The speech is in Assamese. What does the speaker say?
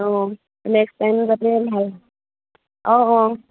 অঁ নেক্সট টাইম যাতে ভাল অঁ অঁ